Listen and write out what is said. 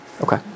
Okay